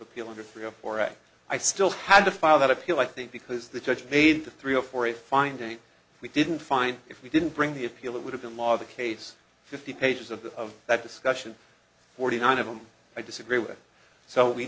appeal under three or four and i still had to file that appeal i think because the judge made three or four a finding we didn't find if we didn't bring the appeal it would have been law the case fifty pages of that discussion forty nine of them i disagree with so we